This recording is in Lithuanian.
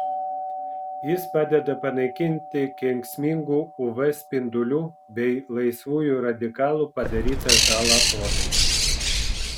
jis padeda panaikinti kenksmingų uv spindulių bei laisvųjų radikalų padarytą žalą odai